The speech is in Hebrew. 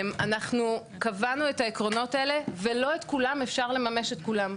אנחנו קבענו את העקרונות האלה ולא את כולם אפשר לממש את כולם,